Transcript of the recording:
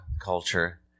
culture